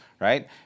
right